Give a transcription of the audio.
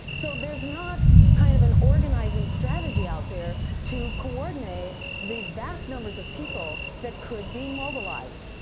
so there is not kind of an organizing strategy out there to coordinate the mass numbers of people that could be mobilized.